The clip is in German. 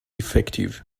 effektiv